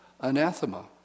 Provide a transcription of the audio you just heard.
anathema